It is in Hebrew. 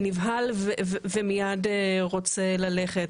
נבהל ומיד רוצה ללכת.